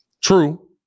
True